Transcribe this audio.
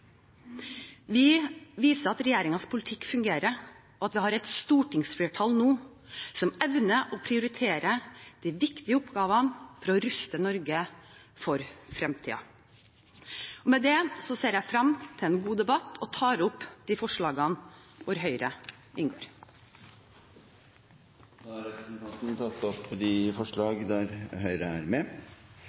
Vi viser at regjeringens politikk fungerer, og at vi har et stortingsflertall nå som evner å prioritere de viktige oppgavene for å ruste Norge for fremtiden. Med det ser jeg frem til en god debatt. Det blir replikkordskifte. Først vil eg berre påpeika at den opptrappinga som komitéleiaren viser til, ligg inne i den vedtekne NTP-en, så det er